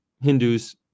Hindus